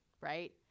right